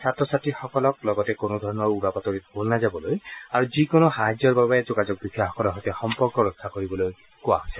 ছাত্ৰ ছাত্ৰীসকলক লগতে কোনো ধৰণৰ উৰা বাতৰিত ভোল নাযাবলৈ আৰু যিকোনো সাহায্যৰ বাবে যোগাযোগ বিষয়াসকলৰ সৈতে সম্পৰ্ক ৰক্ষা কৰিবলৈ কোৱা হৈছে